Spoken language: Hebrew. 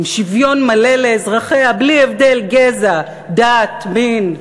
עם שוויון מלא לאזרחיה, בלי הבדל גזע, דת, מין.